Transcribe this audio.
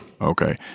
Okay